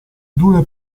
dure